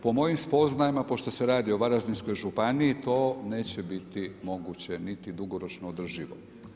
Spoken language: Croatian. Po mojim spoznajama pošto se radi o Varaždinskoj županiji to neće biti moguće niti dugoročno održivo.